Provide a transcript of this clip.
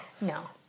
No